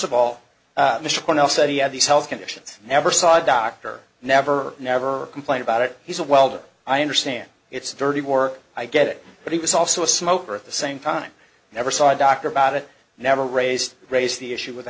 of all mr cornell said he had these health conditions never saw a doctor never never complain about it he said well though i understand it's dirty work i get it but he was also a smoker at the same time never saw a doctor about it never raised raised the issue with the